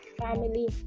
family